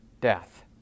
death